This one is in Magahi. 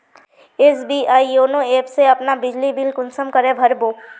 एस.बी.आई योनो ऐप से अपना बिजली बिल कुंसम करे भर बो?